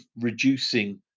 reducing